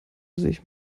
sich